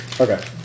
Okay